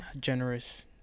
generous